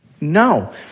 No